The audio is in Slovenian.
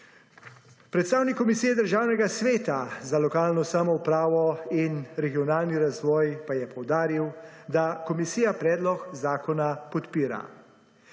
Predstavnik Komisije državnega sveta za lokalno samoupravo in regionalni razvoj pa je poudaril, da komisija predlog zakona podpira.